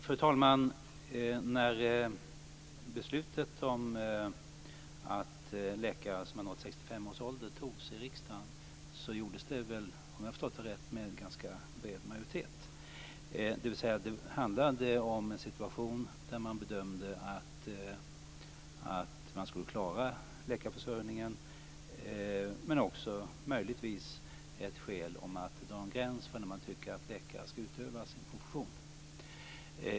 Fru talman! Beslutet om att läkare som har uppnått 65 års ålder fattades i riksdagen, om jag har förstått det rätt, med ganska bred majoritet. Man bedömde att man skulle klara läkarförsörjningen. Ett skäl var möjligtvis också att en gräns skulle dras för när läkare skall upphöra att utöva sin profession.